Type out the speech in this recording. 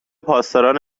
پاسداران